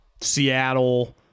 Seattle